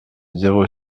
zéro